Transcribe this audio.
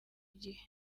gihe